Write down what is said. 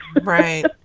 Right